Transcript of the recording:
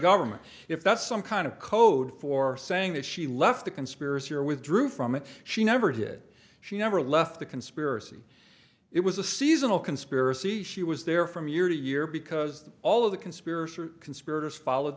government if that's some kind of code for saying that she left the conspiracy or withdrew from it she never did she never left the conspiracy it was a seasonal conspiracy she was there from year to year because all of the conspiracy